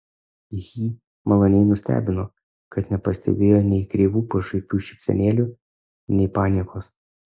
jį maloniai nustebino kad nepastebėjo nei kreivų pašaipių šypsenėlių nei paniekos